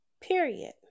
period